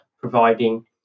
providing